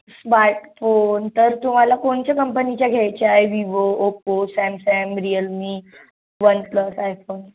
smartphone तर तुम्हाला कोणच्या कंपनीचा घ्यायचाए Vivo Oppo Samsung Realme OnePlus iPhone